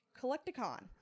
collecticon